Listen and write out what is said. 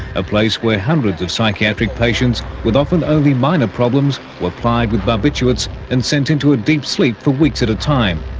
a place where hundreds of psychiatric patients with often only minor problems were plied with barbiturates and sent into a deep sleep for weeks at a time.